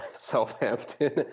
Southampton